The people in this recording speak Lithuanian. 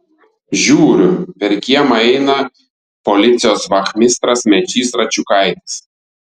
žiūriu per kiemą eina policijos vachmistras mečys račiukaitis